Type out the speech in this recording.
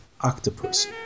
Octopus